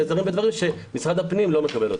נעזרים בדברים שמשרד הפנים לא מקבל אותם.